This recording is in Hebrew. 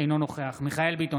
אינו נוכח מיכאל מרדכי ביטון,